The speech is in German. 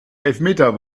elfmeter